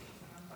לא.